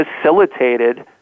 facilitated